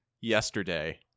yesterday